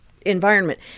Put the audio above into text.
environment